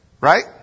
Right